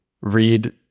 read